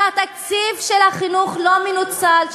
כשהתקציב של החינוך לא מנוצל,